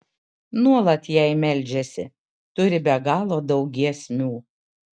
nuolat jai meldžiasi turi be galo daug giesmių